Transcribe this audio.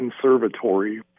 Conservatory